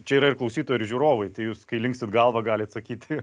čia yra ir klausytojai ir žiūrovai tai jūs kai linksit galva galit sakyti